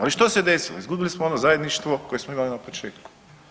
Ali što se desilo izgubili smo ono zajedništvo koje smo imali na početku.